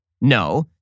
no